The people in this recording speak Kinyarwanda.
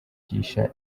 kwigisha